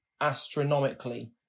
astronomically